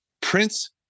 Prince